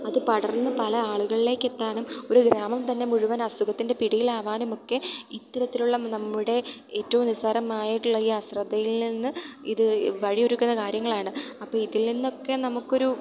അത് പടർന്ന് പല ആളുകളിലേക്ക് എത്താനും ഒരു ഗ്രാമം തന്നെ മുഴുവൻ അസുഖത്തിൻ്റെ പിടിയിലാവാനും ഒക്കെ ഇത്തരത്തിലുള്ള നമ്മുടെ ഏറ്റവും നിസാരമായിട്ടുള്ള ഈ അശ്രദ്ധയിൽ നിന്ന് ഇത് വഴി ഒരുക്കുന്ന കാര്യങ്ങളാണ് അപ്പം ഇതിൽ നിന്നൊക്കെ നമുക്ക് ഒരു